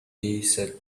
desert